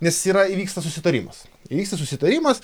nes yra įvyksta susitarimas įvyksta susitarimas